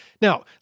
now